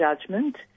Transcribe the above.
judgment